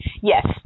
Yes